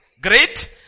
great